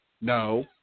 No